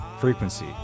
frequency